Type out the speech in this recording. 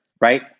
right